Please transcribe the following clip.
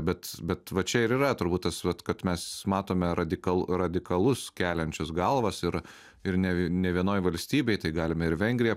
bet bet va čia ir yra turbūt tas vat kad mes matome radikal radikalus keliančius galvas ir ir ne vi ne vienoj valstybėj tai galime ir vengrija